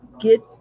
get